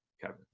Kevin